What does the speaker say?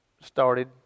started